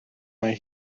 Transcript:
mae